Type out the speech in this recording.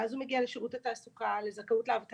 ואז הוא מגיע לשירות התעסוקה לזכאות לאבטלה,